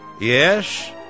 yes